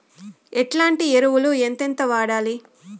ఎట్లాంటి ఎరువులు ఎంతెంత వాడాలి?